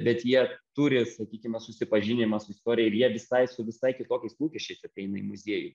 bet jie turi sakykime susipažinimą su istorija ir jie visai su visai kitokiais lūkesčiais ateina į muziejų